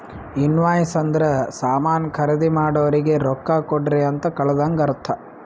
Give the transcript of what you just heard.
invoice ಅಂದುರ್ ಸಾಮಾನ್ ಖರ್ದಿ ಮಾಡೋರಿಗ ರೊಕ್ಕಾ ಕೊಡ್ರಿ ಅಂತ್ ಕಳದಂಗ ಅರ್ಥ